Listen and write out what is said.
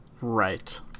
Right